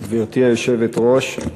גברתי היושבת-ראש,